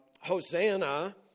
Hosanna